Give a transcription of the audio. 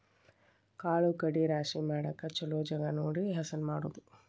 ಕಾಳು ಕಡಿ ರಾಶಿ ಮಾಡಾಕ ಚುಲೊ ಜಗಾ ನೋಡಿ ಹಸನ ಮಾಡುದು